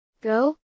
Go